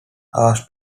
asked